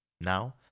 Now